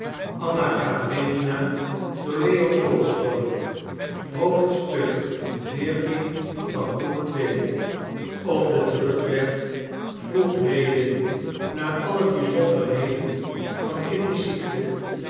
op den terugweg vroeg lewin naar alle bizonderheden van kitty's ziekte